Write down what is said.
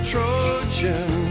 Trojan